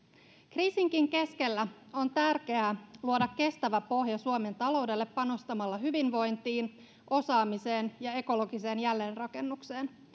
kriisinkin keskellä on tärkeää luoda kestävä pohja suomen taloudelle panostamalla hyvinvointiin osaamiseen ja ekologiseen jälleenrakennukseen